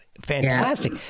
fantastic